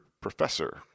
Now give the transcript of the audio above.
professor